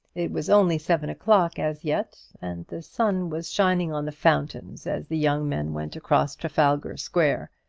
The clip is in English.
it was only seven o'clock as yet, and the sun was shining on the fountains as the young men went across trafalgar square.